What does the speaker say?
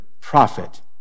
prophet